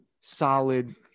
solid